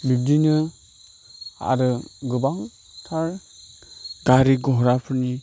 बिब्दिनो आरो गोबांथार गारि घराफोरनि